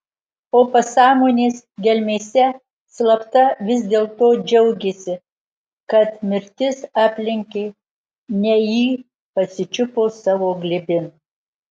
o pasąmonės gelmėse slapta vis dėlto džiaugėsi kad mirtis aplenkė ne jį pasičiupo savo glėbin